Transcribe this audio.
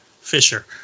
Fisher